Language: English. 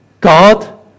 God